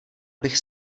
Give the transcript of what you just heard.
bych